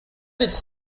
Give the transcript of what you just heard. its